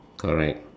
correct